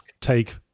take